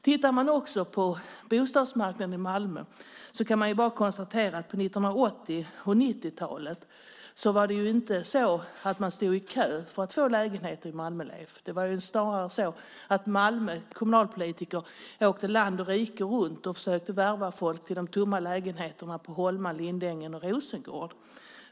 Tittar vi på bostadsmarknaden i Malmö kan vi konstatera att folk på 1980 och 1990-talen inte precis stod i kö för att få lägenhet i Malmö. Det var snarare så att Malmös kommunalpolitiker åkte land och rike runt och försökte värva folk till de tomma lägenheterna i Holma, Lindängen och Rosengård.